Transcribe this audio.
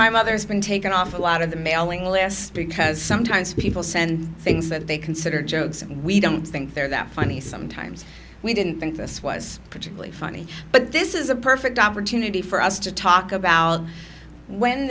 my mother has been taken off a lot of the mailing list because sometimes people send things that they consider jokes we don't think they're that funny sometimes we didn't think this was particularly funny but this is a perfect opportunity for us to talk about when